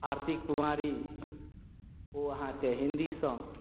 आरती कुमारी ओ अहाँके हिन्दी सँ